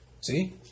See